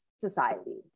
society